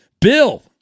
Bill